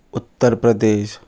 Uttar Pradesh